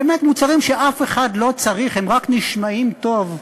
באמת מוצרים שאף אחד לא צריך, שהם רק נשמעים טוב,